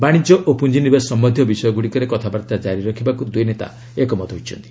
ବାଶିଜ୍ୟ ଓ ପୁଞ୍ଜି ନିବେଶ ସମ୍ଭନ୍ଧୀୟ ବିଷୟଗୁଡ଼ିକରେ କଥାବାର୍ତ୍ତା କାରି ରଖିବାକୁ ଦୁଇନେତା ଏକମତ ହୋଇଛନ୍ତି